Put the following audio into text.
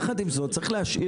יחד עם זאת, צריך להשאיר